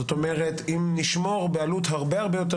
זאת אומרת אם נשמור בעלות הרבה הרבה יותר